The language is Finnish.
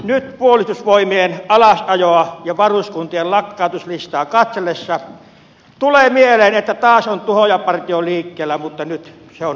nyt puolustusvoimien alasajoa ja varuskuntien lakkautuslistaa katsellessa tulee mieleen että taas on tuhoajapartio liikkeellä mutta nyt se on kotimaisin voimin